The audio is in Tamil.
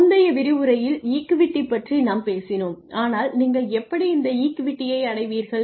முந்தைய விரிவுரையில் ஈக்விட்டி பற்றி நாம் பேசினோம் ஆனால் நீங்கள் எப்படி இந்த ஈக்விட்டியை அடைவீர்கள்